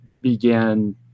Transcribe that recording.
began